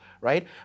right